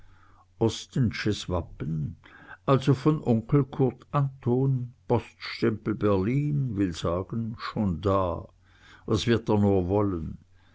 ostensches wappen also von onkel kurt anton poststempel berlin will sagen schon da was wird er nur wollen